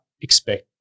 expect